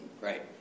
Right